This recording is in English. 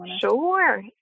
sure